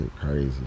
crazy